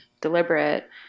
deliberate